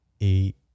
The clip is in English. Eight